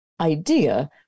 idea